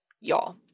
y'all